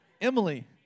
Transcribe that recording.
Emily